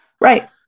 right